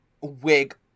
wig